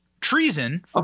treason